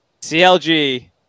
CLG